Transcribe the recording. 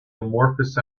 amorphous